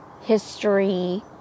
history